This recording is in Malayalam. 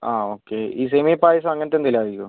ആ ഓക്കെ ഈ സേമിയ പായസമോ അങ്ങനത്തെ എന്തെങ്കിലും ആയിരിക്കുവോ